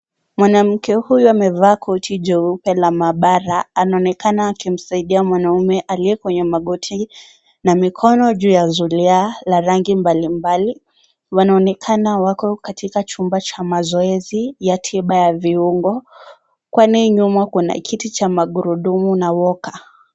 Mwanamke huyu amevaa koti jeupe la maabara, anaonekana akimsaidia mwanaume aliye kwenye magoti, na mikono juu ya zulia la rangi mbalimbali. Wanaonekana wako katika chumba cha mazoezi ya tiba ya viungo, kwani nyuma kuna kiti cha magurudumu na walker .